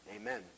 Amen